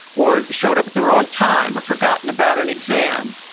or showed up at the wrong time, or forgotten about an exam.